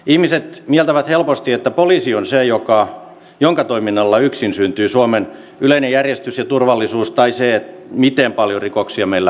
ihmiset mieltävät helposti että poliisi on se jonka toiminnalla yksin syntyy suomen yleinen järjestys ja turvallisuus tai se miten paljon rikoksia meillä tapahtuu